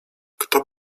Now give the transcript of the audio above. kto